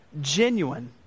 genuine